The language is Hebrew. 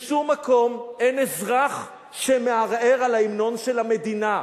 בשום מקום אין אזרח שמערער על ההמנון של המדינה,